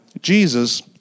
Jesus